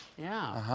yeah,